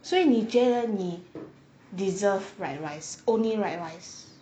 所以你觉得你 deserve white rice only white rice